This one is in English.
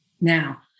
now